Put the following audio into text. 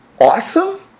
awesome